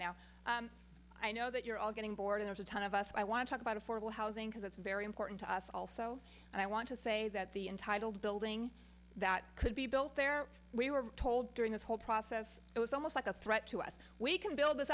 now i know that you're all getting bored there's a ton of us i want to talk about affordable housing because it's very important to us also and i want to say that the entitled building that could be built there we were told during this whole process it was almost like a threat to us we can build this